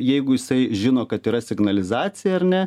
jeigu jisai žino kad yra signalizacija ar ne